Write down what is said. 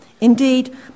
Indeed